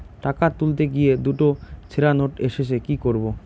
টাকা তুলতে গিয়ে দুটো ছেড়া নোট এসেছে কি করবো?